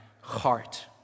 heart